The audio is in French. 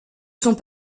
sont